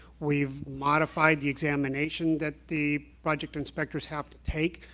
we've modified the examination that the project inspectors have to take.